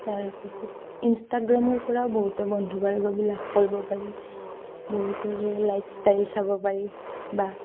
তাৰপাছত ইনষ্টাগ্ৰামৰ পৰাও বহুত বন্ধুবৰ্গ বি লাভ কৰিব পাৰি বহুতৰে লাইফষ্টাইল চাব পাৰি বা